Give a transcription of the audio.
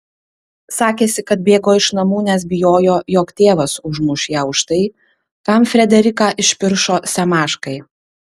sakėsi kad bėgo iš namų nes bijojo jog tėvas užmuš ją už tai kam frederiką išpiršo semaškai